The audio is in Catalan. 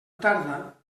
tarda